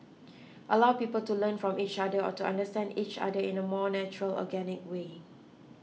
allow people to learn from each other or to understand each other in a more natural organic way